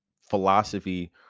philosophy